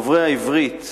דוברי העברית